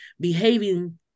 behaving